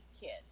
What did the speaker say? kids